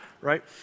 right